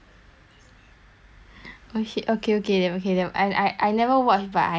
oh shit okay okay damn okay damn I I never watch but I heard of it before I heard of it before